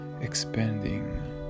expanding